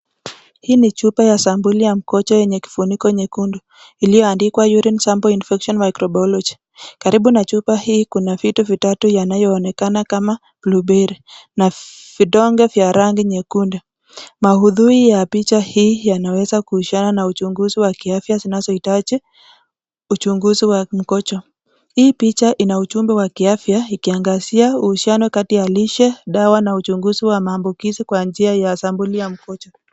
Hii ni chupa ya sampuli ya mkojo yenye kifuniko nyekundu iliyoandikwa Urine Sample Infection Microbiology . Karibu na chupa hii, kuna vitu vitatu yanayoonekana kama blueberry, na vitonge vya rangi nyekundu. Maudhui ya picha hii yanaweza kuhusiana na uchunguzi wa kiafya sinazohitaji uchunguzi wa mkojo. Hii picha ina ujumbe wa kiafya, ikiangazia, uhusiano kati ya lishe, dawa na uchunguzi wa maambukizi kwa njia ya sampuli mkojo.